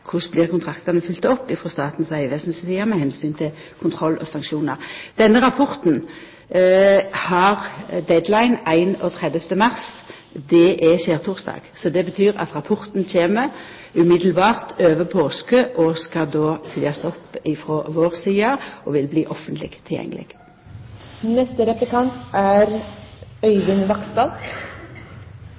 Korleis blir kontraktane følgde opp frå Statens vegvesen si side med omsyn til kontroll og sanksjonar? Denne rapporten har deadline 31. mars, skjærtorsdag. Det betyr at rapporten kjem umiddelbart over påske, og skal då følgjast opp frå vår side og vil bli offentleg